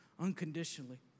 unconditionally